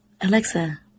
Alexa